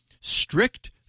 strict